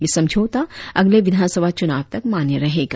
यह समझौता अगले विधानसभा चुनाव तक मान्य रहेगा